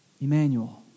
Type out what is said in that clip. Emmanuel